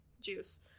juice